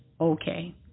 okay